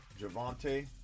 Javante